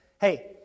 hey